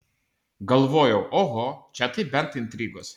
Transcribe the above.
galvojau oho čia tai bent intrigos